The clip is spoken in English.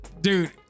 dude